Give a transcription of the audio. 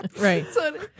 Right